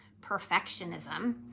perfectionism